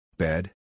Bed